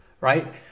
Right